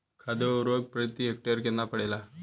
खाध व उर्वरक प्रति हेक्टेयर केतना पड़ेला?